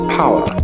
power